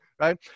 right